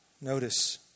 Notice